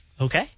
Okay